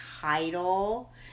title